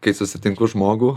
kai susitinku žmogų